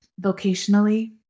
vocationally